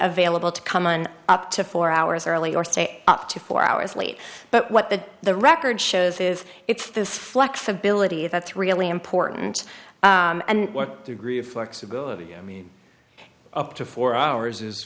available to come on up to four hours early or stay up to four hours late but what the the record shows is it's this flexibility that's really important and work through agree of flexibility i mean up to four hours is